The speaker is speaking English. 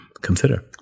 consider